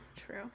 true